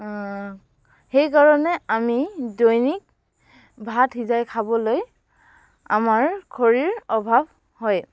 সেইকাৰণে আমি দৈনিক ভাত সিজাই খাবলৈ আমাৰ খৰিৰ অভাৱ হয়